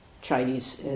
Chinese